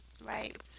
right